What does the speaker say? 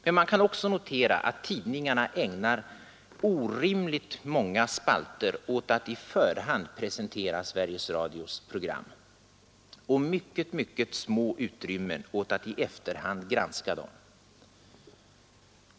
Man kan också notera att tidningarna ägnar orimligt många spalter åt att i förväg presentera Sveriges Radios program och mycket, mycket små utrymmen åt att i efterhand granska dem.